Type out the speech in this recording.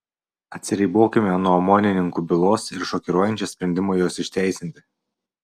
atsiribokime nuo omonininkų bylos ir šokiruojančio sprendimo juos išteisinti